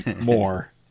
More